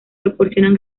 proporcionan